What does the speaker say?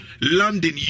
London